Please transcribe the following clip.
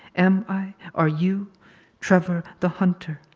am i, are you trevor the hunter.